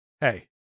hey